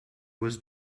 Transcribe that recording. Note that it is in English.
was